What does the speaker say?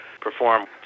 perform